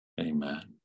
Amen